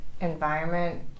environment